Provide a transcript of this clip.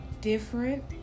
different